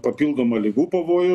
papildomą ligų pavojų